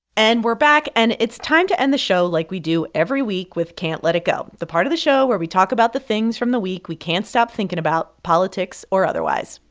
and we're back. and it's time to end the show like we do every week, with can't let it go, the part of the show where we talk about the things from the week we can't stop thinking about politics or otherwise.